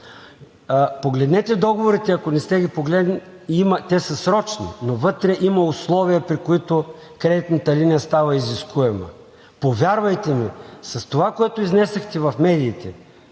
Погледнете договорите, ако не сте ги погледнали – те са срочни, но вътре има условия, при които кредитната линия става изискуема. Повярвайте ми, с това, което изнесохте в медиите,